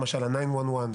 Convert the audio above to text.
למשל ה-911.